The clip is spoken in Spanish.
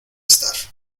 estar